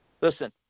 Listen